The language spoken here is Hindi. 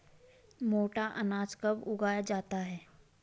मोटा अनाज कब उगाया जाता है?